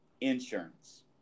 Insurance